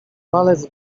malec